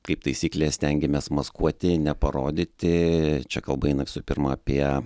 kaip taisyklė stengiamės maskuoti neparodyti čia kalba eina visų pirma apie